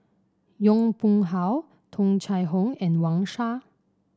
Yong Pung How Tung Chye Hong and Wang Sha